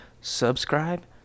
subscribe